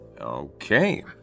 Okay